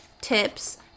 tips